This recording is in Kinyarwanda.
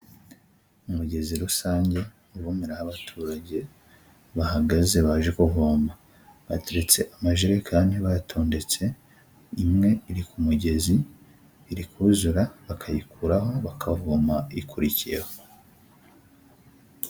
Umugezi rusange uvomeraho abaturage, bahagaze baje kuvoma, bateretse amajerekani bayatondetse, imwe iri ku mugezi iri kuzura, bakayikuraho bakavoma ikurikiyeho.